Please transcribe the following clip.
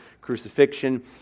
crucifixion